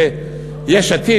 שיש עתיד,